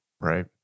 right